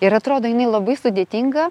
ir atrodo jinai labai sudėtinga